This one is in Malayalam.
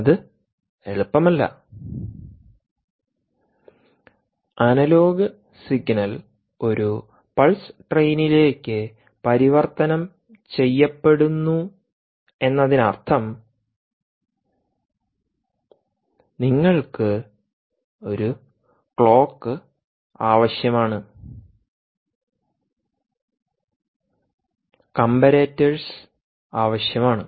അത് എളുപ്പമല്ല അനലോഗ് സിഗ്നൽ ഒരു പൾസ് ട്രെയിനിലേക്ക് പരിവർത്തനം ചെയ്യപ്പെടുന്നു എന്നതിനർത്ഥം നിങ്ങൾക്ക് ഒരു ക്ലോക്ക് ആവശ്യമാണ് കമ്പ രേറ്റേഴ്സ് ആവശ്യമാണ്